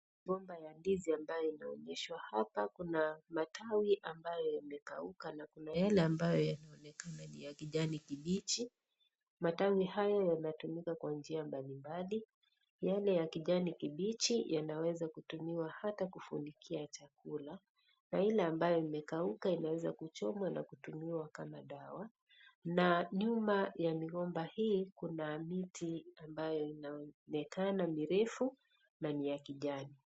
Migomba ya ndizi ambayo inaonyeshwa hapa, kuna matawi ambayo yamekauka na kuna yale ambayo yanaonekana ya kijani kibichi, matawi haya yanatumika kwa njia mbalimbali, yale ya kijani kibichi yanaweza kutumiwa, hata kufunikia chakula. Na ile ambayo imekauka, inaweza kuchomwa na kutumiwa kama dawa. Na nyuma ya migomba hii kuna miti mirefu ambayo inaonekana ni refu na ni ya kijani.